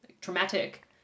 traumatic